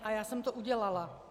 A já jsem to udělala.